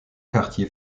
quartier